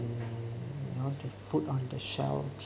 you know the food on the shelves